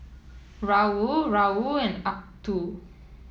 Raoul Raoul and Acuto